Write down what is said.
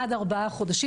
עד ארבעה חודשים,